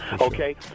Okay